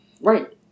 Right